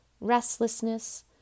restlessness